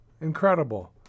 Incredible